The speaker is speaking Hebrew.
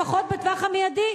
לפחות בטווח המיידי.